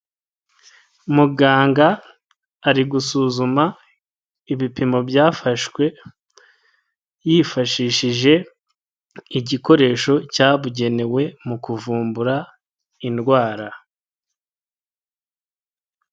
Muganga ari gusuzuma ibipimo byafashwe yifashishije igikoresho cyabugenewe mu kuvumbura indwara.